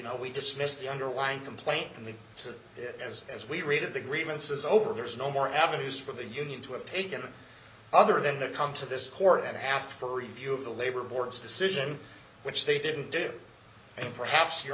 know we dismissed the underlying complaint and so as as we read of the grievances over there is no more avenues for the union to have taken other than the come to this court and ask for a review of the labor board's decision which they didn't do and perhaps your